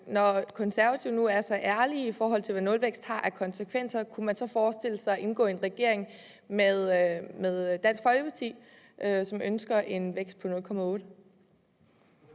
når man nu er så ærlige i forhold til, hvad en nulvækst har af konsekvenser, så kunne forestille sig at indgå i en regering med Dansk Folkeparti, som ønsker en vækst på 0,8